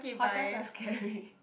hotels are scary